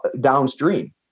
downstream